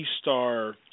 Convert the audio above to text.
star